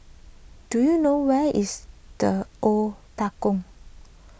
do you know where is the Octagon